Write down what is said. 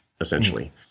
essentially